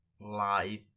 Live